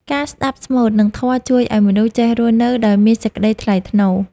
ការស្ដាប់ស្មូត និងធម៌ជួយឱ្យមនុស្សចេះរស់នៅដោយមានសេចក្ដីថ្លៃថ្នូរ។